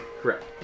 Correct